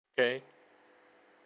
K